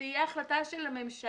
זו תהיה החלטה של הממשלה,